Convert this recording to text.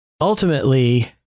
ultimately